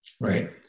Right